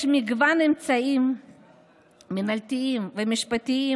יש מגוון אמצעים מינהלתיים ומשפטיים